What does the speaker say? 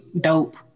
dope